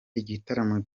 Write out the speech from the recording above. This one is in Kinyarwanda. igitaramo